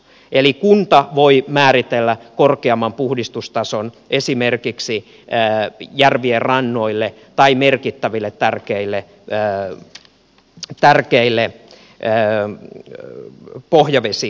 eli kunta voi määritellä korkeamman puhdistustason esimerkiksi järvien rannoille tai merkittäville tärkeille pohjavesialueille